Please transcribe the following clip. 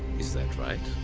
is that right!